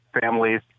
families